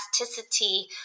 elasticity